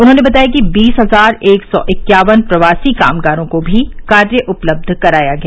उन्होंने बताया कि बीस हजार एक सौ इक्यावन प्रवासी कामगारों को भी कार्य उपलब्ध कराया गया